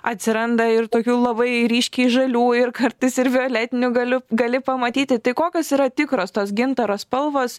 atsiranda ir tokių labai ryškiai žalių ir kartais ir violetinių galiu gali pamatyti tai kokios yra tikros tos gintaro spalvos